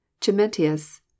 Chimentius